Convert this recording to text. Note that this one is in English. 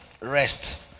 rest